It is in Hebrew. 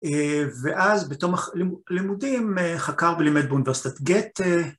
ואז בתום הלימודים חקר ולימד באוניברסיטת גתה.